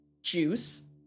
Juice